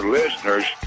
listeners